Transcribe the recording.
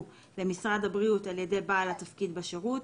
למשרד הבריאות על ידי בעל תפקיד בשירות,